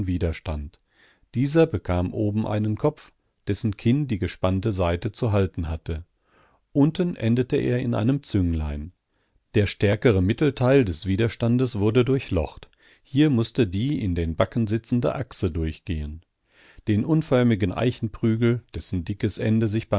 widerstand dieser bekam oben einen kopf dessen kinn die gespannte saite zu halten hatte unten endete er in einem zünglein der stärkere mittelteil des widerstandes wurde durchlocht hier mußte die in den backen sitzende achse durchgehen den unförmigen eichenprügel dessen dickes ende